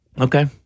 Okay